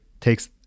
takes